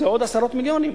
זה עוד עשרות מיליונים.